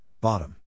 bottom